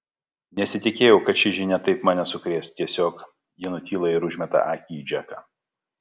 nesitikėjau kad ši žinia taip mane sukrės tiesiog ji nutyla ir užmeta akį į džeką